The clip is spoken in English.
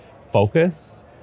focus